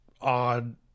odd